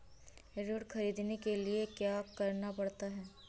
ऋण ख़रीदने के लिए क्या करना पड़ता है?